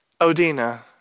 Odina